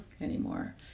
anymore